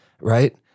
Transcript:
right